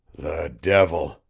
the devil!